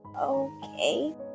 Okay